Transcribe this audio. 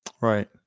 Right